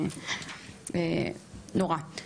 נורא.